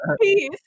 Peace